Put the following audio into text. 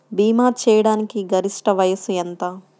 భీమా చేయాటానికి గరిష్ట వయస్సు ఎంత?